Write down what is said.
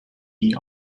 nie